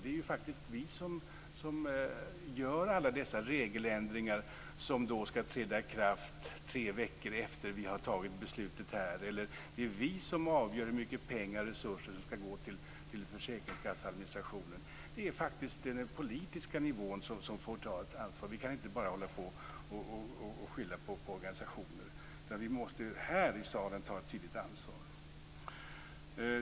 Det är ju faktiskt vi som gör alla dessa regeländringar som då skall träda i kraft tre veckor efter det vi har tagit beslutet här. Det är vi som avgör hur mycket pengar och resurser som skall gå till försäkringskasseadministrationen. Det är faktiskt den politiska nivån som får ta ett ansvar. Vi kan inte bara skylla på organisationer. Vi måste här i salen ta ett tydligt ansvar.